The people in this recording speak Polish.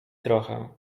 trochę